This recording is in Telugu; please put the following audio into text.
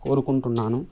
కోరుకుంటున్నాను